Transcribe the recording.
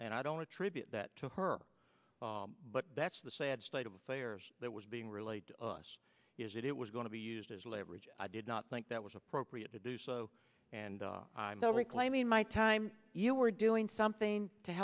and i don't attribute that to her but that's the sad state of affairs that was being relayed to us is that it was going to be used as leverage i did not think that was appropriate to do so and so reclaiming my time you were doing something to